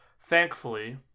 Thankfully